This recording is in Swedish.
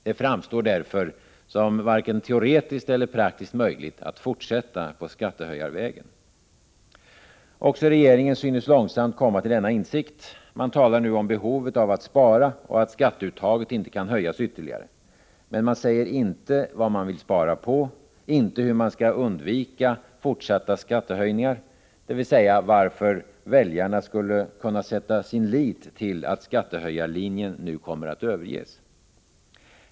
Det framstår därför som varken teoretiskt eller praktiskt möjligt att fortsätta på skattehöjarvägen. Också regeringen synes långsamt komma till denna insikt. Man talar nu om behovet av att spara och att skatteuttaget inte kan höjas ytterligare. Men man säger inte vad man vill spara på och inte hur man skall undvika fortsatta skattehöjningar, dvs. varför väljarna skulle kunna sätta sin lit till att skattehöjarlinjen nu kommer att överges.